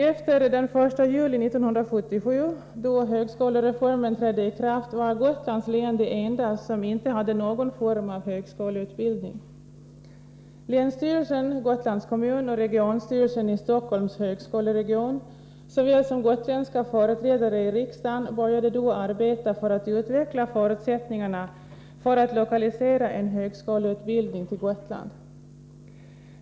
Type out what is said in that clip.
Efter den 1 juli 1977, då högskolereformen trädde i kraft, var Gotlands län det enda som inte hade någon form av högskoleutbildning. Länsstyrelsen, Gotlands kommun och regionstyrelsen i Stockholms högskoleregion såväl som gotländska företrädare i riksdagen började då arbeta för att utveckla förutsättningarna för att lokalisera en högskoleutbildning till Gotland.